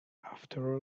after